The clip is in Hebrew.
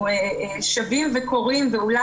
שבים וקוראים לסייע לאותן נשים בהקשר הזה.